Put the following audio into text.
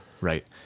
Right